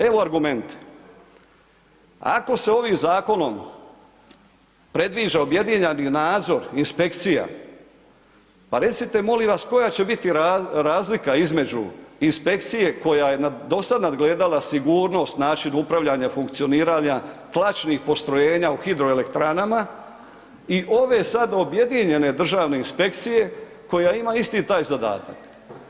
Evo argument, ako se ovim zakonom, predviđa objedinjeni nadzor inspekcija, pa recite molim vas, koja će biti razlika između inspekcije, koja je do sada nadgledala sigurnost, način upravljanja, funkcioniranja, tlačnih postrojenja u hidroelektranama i ove sada objedinjene državne inspekcije, koja ima isti taj zadatak.